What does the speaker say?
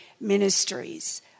ministries